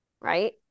Right